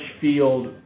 field